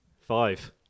Five